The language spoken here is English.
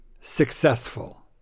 successful